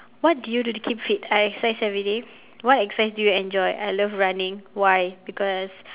what do you do to keep fit I exercise everyday what exercise do you enjoy I love running why because